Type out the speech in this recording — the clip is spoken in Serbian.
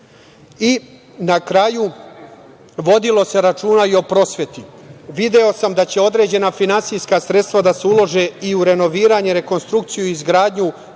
cene. Na kraju, vodilo se računa i o prosveti. Video sam da će određena finansijska sredstva da se ulože i u renoviranje, rekonstrukciju i izgradnju